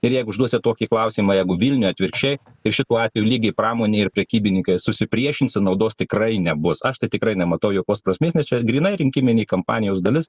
ir jeigu užduosit tokį klausimą jeigu vilniuj atvirkščiai ir šituo atveju lygiai pramonė ir prekybininkai susipriešins ir naudos tikrai nebus aš tai tikrai nematau jokios prasmės nes čia grynai rinkiminė kampanijos dalis